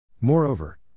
Moreover